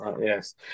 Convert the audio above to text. Yes